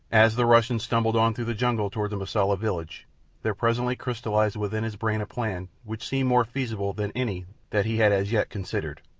as the russian stumbled on through the jungle toward the mosula village there presently crystallized within his brain a plan which seemed more feasible than any that he had as yet considered.